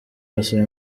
basaba